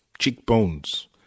cheekbones